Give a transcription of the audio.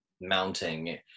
mounting